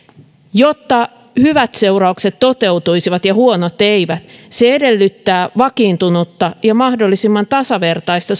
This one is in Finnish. jotta hyvät seuraukset toteutuisivat ja huonot eivät se edellyttää vakiintunutta ja mahdollisimman tasavertaista